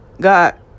God